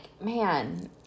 man